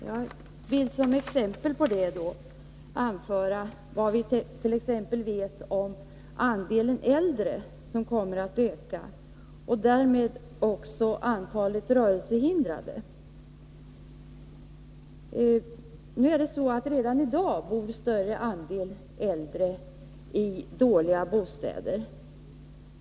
Jag vill som exempel på detta anföra vad vi vet om andelen äldre människor, som kommer att växa — vilket medför att också antalet rörelsehindrade ökar. Redan i dag bor en stor andel av de äldre i dåliga bostäder.